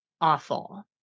awful